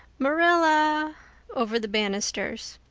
marilla over the banisters.